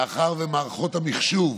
מאחר שמערכות המחשוב,